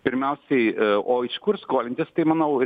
pirmiausiai o iš kur skolintis tai manau